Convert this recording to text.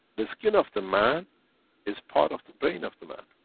the skin of the man is part of the brain of the man.